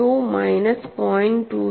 12 minus 0